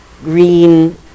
green